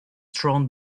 thrown